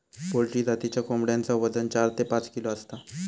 poultry जातीच्या कोंबड्यांचा वजन चार ते पाच किलो असता